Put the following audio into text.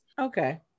Okay